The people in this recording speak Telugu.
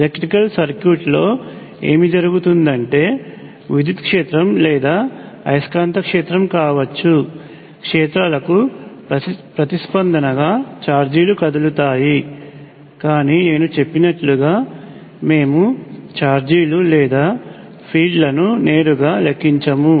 ఎలక్ట్రికల్ సర్క్యూట్లో ఏమి జరుగుతుందంటే విద్యుత్ క్షేత్రం లేదా అయస్కాంత క్షేత్రం కావచ్చు క్షేత్రాలకు ప్రతిస్పందనగా ఛార్జీలు కదులుతాయి కానీ నేను చెప్పినట్లుగా మేము ఛార్జీలు లేదా ఫీల్డ్లను నేరుగా లెక్కించము